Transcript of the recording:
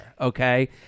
okay